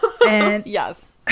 Yes